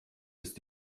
ist